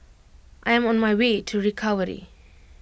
I am on my way to recovery